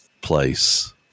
place